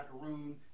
macaroon